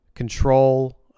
control